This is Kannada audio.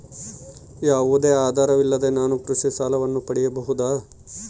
ಯಾವುದೇ ಆಧಾರವಿಲ್ಲದೆ ನಾನು ಕೃಷಿ ಸಾಲವನ್ನು ಪಡೆಯಬಹುದಾ?